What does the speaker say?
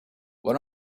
what